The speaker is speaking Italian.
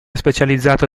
specializzato